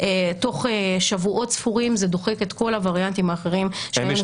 תוך שבועות ספורים זה דוחק את כל הווריאנטים האחרים שהיו נפוצים במדינה.